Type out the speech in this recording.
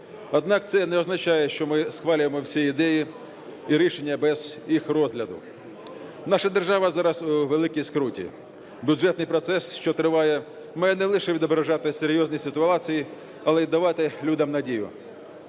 Однак це не означає, що ми схвалюємо всі ідеї і рішення без їх розгляду. Наша держава зараз у великій скруті. Бюджетний процес, що триває, має не лише відображати серйозні ситуації, але й давати людям надію,